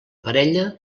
parella